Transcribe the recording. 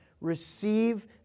Receive